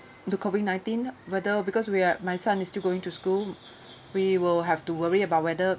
the COVID nineteen whether because we are my son is still going to school we will have to worry about whether